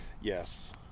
Yes